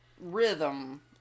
rhythm